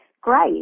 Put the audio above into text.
great